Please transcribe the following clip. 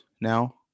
now